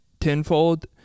tenfold